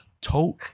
Tote